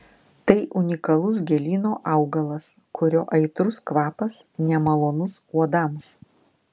tai unikalus gėlyno augalas kurio aitrus kvapas nemalonus uodams